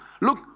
look